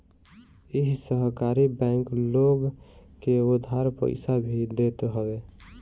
इ सहकारी बैंक लोग के उधार पईसा भी देत हवे